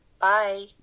Bye